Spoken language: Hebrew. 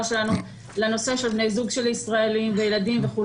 שלנו לנושא של בני זוג של ישראלים וילדים,